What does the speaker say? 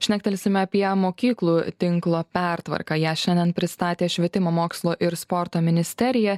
šnektelsime apie mokyklų tinklo pertvarką ją šiandien pristatė švietimo mokslo ir sporto ministerija